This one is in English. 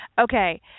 Okay